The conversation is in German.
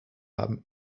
haben